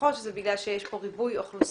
נכון שזה בגלל שיש כאן ריבוי אוכלוסין